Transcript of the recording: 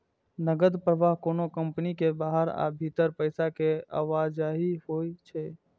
नकद प्रवाह कोनो कंपनी के बाहर आ भीतर पैसा के आवाजही होइ छै